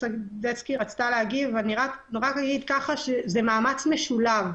זה מאמץ משולב.